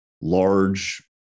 large